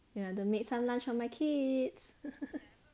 ya I've made some lunch for my kids